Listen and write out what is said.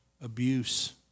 Abuse